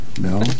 No